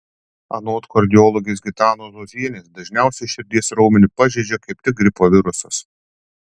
anot kardiologės gitanos zuozienės dažniausiai širdies raumenį pažeidžia kaip tik gripo virusas